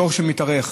תור שמתארך,